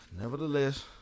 Nevertheless